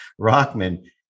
Rockman